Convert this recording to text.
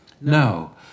No